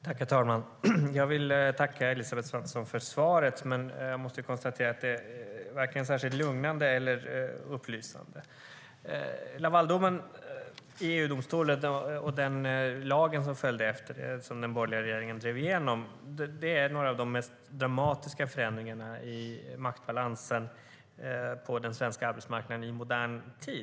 Herr talman! Jag tackar Elisabeth Svantesson för svaret men konstaterar att det varken är särskilt lugnande eller upplysande. Lavaldomen i EU-domstolen och den lag som följde på den, som den borgerliga regeringen drev igenom, är några av de mest dramatiska förändringarna i maktbalansen på den svenska arbetsmarknaden i modern tid.